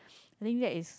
I think that is